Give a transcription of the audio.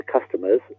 customers